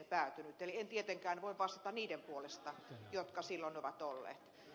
eli en tietenkään voi vastata niiden puolesta jotka silloin ovat olleet